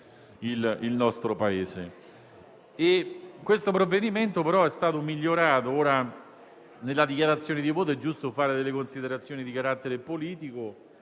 al nostro esame - nella dichiarazione di voto è giusto fare delle considerazioni di carattere politico